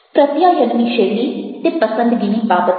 પ્રત્યાયનની શૈલી તે પસંદગીની બાબત છે